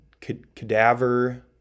cadaver